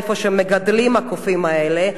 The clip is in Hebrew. שם מגדלים את הקופים האלה,